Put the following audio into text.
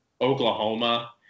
Oklahoma